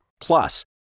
Plus